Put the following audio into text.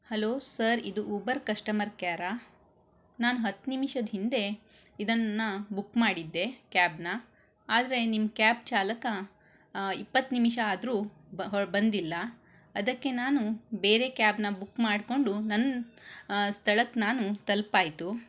hello sir ಇದು Uber customer ಕೇರಾ ನಾನು ಹತ್ತು ನಿಮಿಷದ ಹಿಂದೆ ಇದನ್ನು ಬುಕ್ ಮಾಡಿದ್ದೆ ಕ್ಯಾಬನ್ನ ಆದರೆ ನಿಮ್ಮ ಕ್ಯಾಬ್ ಚಾಲಕ ಇಪ್ಪತ್ತು ನಿಮಿಷ ಆದರೂ ಬ ಹೊ ಬಂದಿಲ್ಲ ಅದಕ್ಕೆ ನಾನು ಬೇರೆ ಕ್ಯಾಬನ್ನ ಬುಕ್ ಮಾಡಿಕೊಂಡು ನನ್ನ ಸ್ಥಳಕ್ಕೆ ನಾನು ತಲ್ಪಾಯ್ತು